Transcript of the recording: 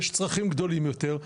יש צרכים גדולים יותר,